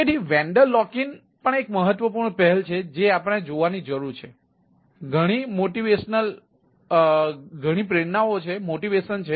તેથી vendor lock in પણ એક મહત્વપૂર્ણ પહેલ છે જે આપણે જોવાની જરૂર છે